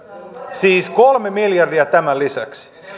siis kolme miljardia tämän lisäksi